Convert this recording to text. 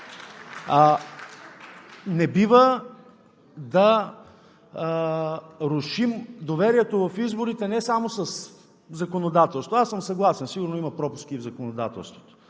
Не бива да рушим доверието в изборите не само със законодателство. Съгласен съм, сигурно има пропуски и в законодателството.